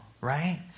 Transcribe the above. right